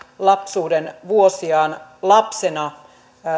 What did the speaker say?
lapsuuden vuosiaan lapsena